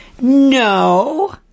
No